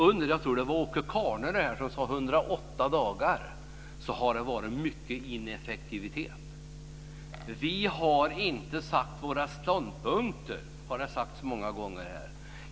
Under 108 dagar - jag tror att det var Åke Carnerö som sade det - så har det varit mycket ineffektivitet. Vi har inte angett våra ståndpunkter, har det sagts många gånger.